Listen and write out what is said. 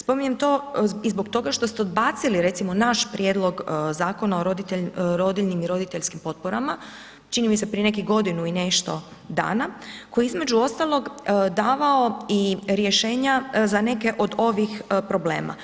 Spominjem to i zbog toga što ste odbacili recimo, naš prijedlog Zakona o rodiljnim i roditeljskim potporama, čini mi se prije nekih godinu i nešto dana koji između ostalog davao rješenja za neke od ovih problema